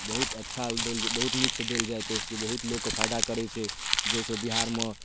बहुत अच्छा देल बहुत नीक सऽ देल जाइत अछि जे बहुत लोकके फायदा करै छै जाहि सऽ बिहारमे